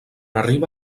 arriba